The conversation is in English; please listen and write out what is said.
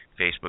Facebook